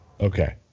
Okay